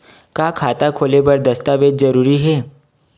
का खाता खोले बर दस्तावेज जरूरी हे?